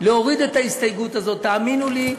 להוריד את ההסתייגות הזאת, תאמינו לי,